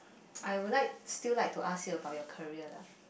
I would like still like to ask you about your career lah